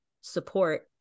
support